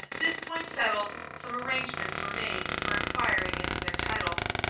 this point settled, some arrangements were made for inquiring into their titles.